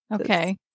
Okay